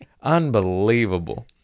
Unbelievable